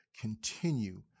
continue